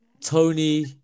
Tony